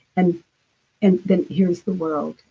and and then here's the world.